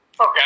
Okay